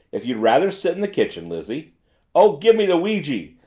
if you'd rather sit in the kitchen, lizzie oh, give me the ouijie!